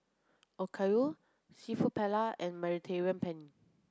Okayu Seafood Paella and Mediterranean Penne